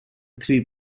three